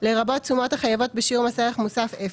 לרבות תשומות החייבות בשיעור מס ערך מוסף אפס,